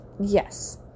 Yes